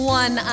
one